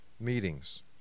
meetings